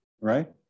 right